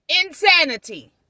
insanity